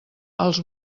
els